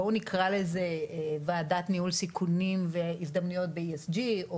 בואו נקרא לזה ועדת ניהול סיכונים והזדמנויות ב-ESG,